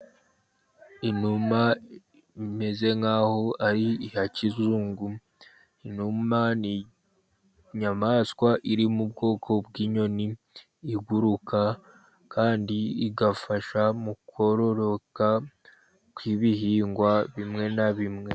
Inuma imeze nkaho ari iya kizungu, inuma ni inyamaswa iri mu bwoko bw'inyoni iguruka, kandi igafasha mu kororoka kw'ibihingwa bimwe na bimwe.